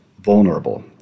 vulnerable